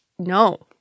No